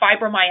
fibromyalgia